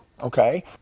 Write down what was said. Okay